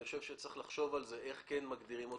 אני חושב שצריך לחשוב על זה איך כן מגדירים אותו,